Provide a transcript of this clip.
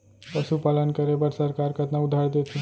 पशुपालन करे बर सरकार कतना उधार देथे?